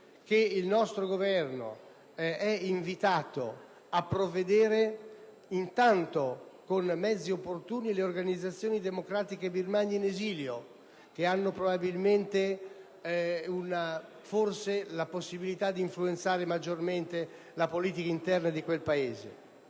il nostro Governo è invitato intanto a sostenere con mezzi opportuni le organizzazioni democratiche birmane in esilio, che hanno probabilmente la possibilità di influenzare maggiormente la politica interna di quel Paese.